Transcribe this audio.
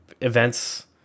events